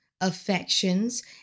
affections